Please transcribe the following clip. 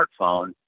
smartphone